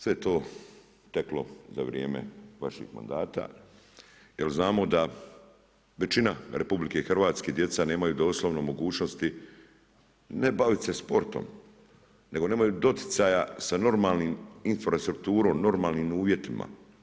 Sve je to teklo za vrijeme vaših mandata, jer znamo da većina RH, djeca nemaju doslovno mogućnosti, ne baviti se sportom, nego nemaju doticaja sa normalnim infrastrukturom, normalnim uvjetima.